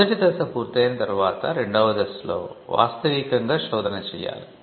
మొదటి దశ పూర్తయిన తర్వాత రెండవ దశలో వాస్తవీకంగా శోధన చేయాలి